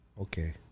okay